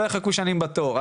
שלא יחכו שנים בתור.